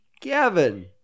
Gavin